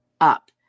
up